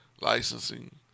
licensing